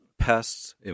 Pests